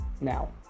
now